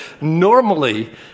normally